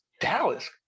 Dallas